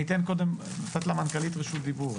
אני אתן למנכ"לית לפתוח.